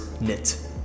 knit